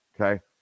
okay